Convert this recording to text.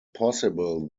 possible